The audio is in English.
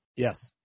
Yes